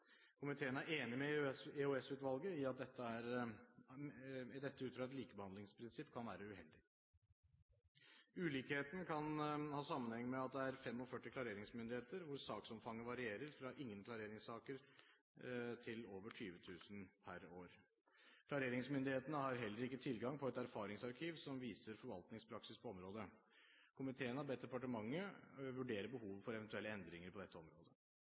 Komiteen er enig med EOS-utvalget i at dette ut fra et likebehandlingsprinsipp kan være uheldig. Ulikheten kan ha sammenheng med at det er 45 klareringsmyndigheter, hvor saksomfanget varierer fra ingen klareringssaker til over 20 000 per år. Klareringsmyndighetene har heller ikke tilgang på et erfaringsarkiv som viser forvaltningspraksis på området. Komiteen har bedt departementet vurdere behovet for eventuelle endringer på dette området.